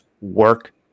Work